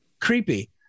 creepy